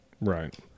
Right